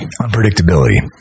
unpredictability